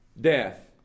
death